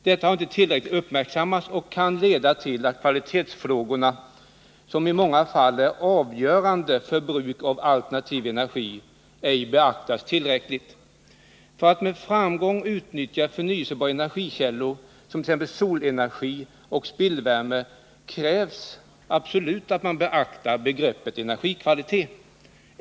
Detta har inte tillräckligt uppmärksammats, vilket kan leda till att kvalitetsfrågorna — som i många fall är avgörande vid bruk av alternativ energi — ej nog beaktas. För att man med framgång skall kunna utnyttja förnybara energikällor som solenergi samt spillvärme krävs absolut att man beaktar begreppet energikvalitet.